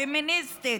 פמיניסטית,